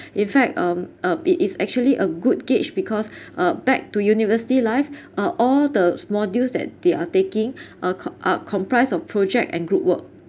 in fact um uh it is actually a good gauge because uh back to university life are all the modules that they are taking uh c~ uh comprise of project and group work